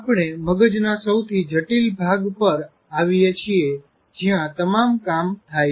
આપણે મગજના સૌથી જટીલ ભાગ પર આવીએ છીએ જ્યાં તમામ કામ થાય છે